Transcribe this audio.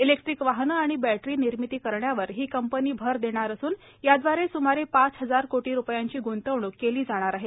electric वाहने आणि बप्तरी निर्मिती करण्यावर ही कंपनी भर देणार असून याद्वारे सुमारे पाच हजार कोटी रुपयांची गुंतवणूक केली जाणार आहे